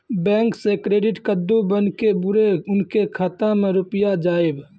Bank से credit कद्दू बन के बुरे उनके खाता मे रुपिया जाएब?